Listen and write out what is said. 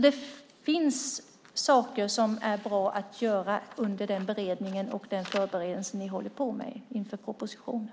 Det finns saker som är bra att göra i förberedelserna inför propositionen.